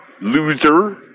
Loser